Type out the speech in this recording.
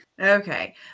Okay